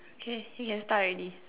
okay you can start already